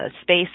space